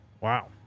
Wow